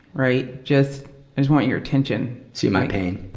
right? just, i just want your attention. see my pain.